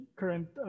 current